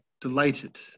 delighted